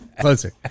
Closer